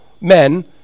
men